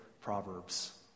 Proverbs